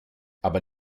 aber